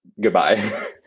goodbye